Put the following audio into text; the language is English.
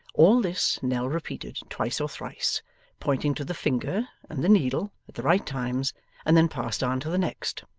all this, nell repeated twice or thrice pointing to the finger and the needle at the right times and then passed on to the next.